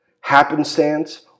happenstance